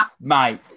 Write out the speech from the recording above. mate